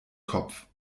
kopf